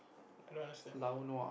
I don't understand